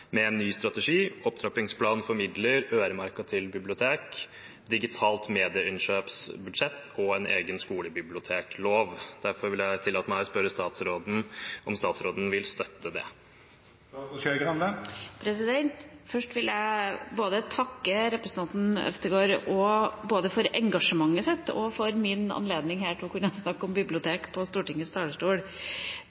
med en ny strategi, opptrappingsplan for midler øremerka til bibliotek, digitalt medieinnkjøpsbudsjett og egen skolebiblioteklov. Vil statsråden støtte det?» Først vil jeg takke representanten Øvstegård både for engasjementet hans og for min anledning her til å kunne snakke om